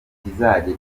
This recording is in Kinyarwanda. kizajya